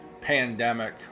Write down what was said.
pandemic